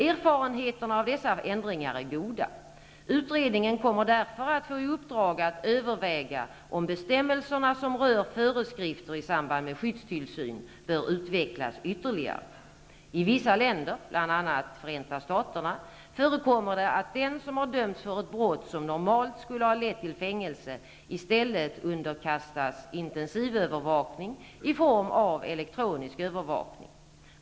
Erfarenheterna av dessa ändringar är goda. Utredningen kommer därför att få i uppdrag att överväga om bestämmelserna som rör föreskrifter i samband med skyddstillsyn bör utvecklas ytterligare. I vissa länder, bl.a. Förenta staterna, förekommer det att den som har dömts för ett brott som normalt skulle ha lett till fängelse i stället underkastas intensivövervakning i form av elektronisk övervakning.